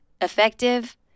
effective